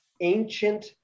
ancient